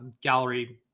gallery